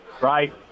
right